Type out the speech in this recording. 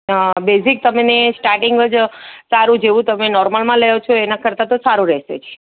હા બેસિક તમને સ્ટાર્ટિંગ જ સારું જેવું તમે નોર્મલમાં લ્યો છો એના કરતાં તો સારું રહેશે જ